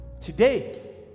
Today